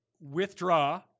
withdraw